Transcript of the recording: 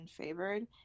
unfavored